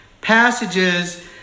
passages